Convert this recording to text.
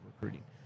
recruiting